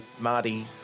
Marty